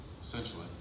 Essentially